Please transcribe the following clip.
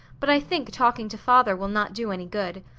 but i think talking to father will not do any good.